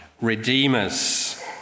redeemers